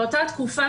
באותה תקופה,